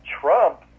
Trump